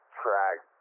track